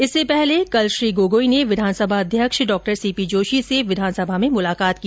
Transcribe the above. इससे पहले कल श्री गोगोई ने विधानसभा अध्यक्ष डॉ सीपी जोशी से विधानसभा में मुलाकात की